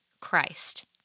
Christ